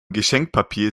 geschenkpapier